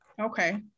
Okay